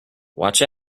watch